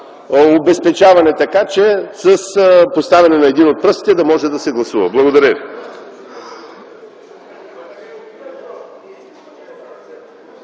обезпечаване, така че с поставяне на един от пръстите да може да се гласува. Благодаря